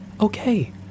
Okay